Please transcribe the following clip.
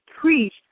preach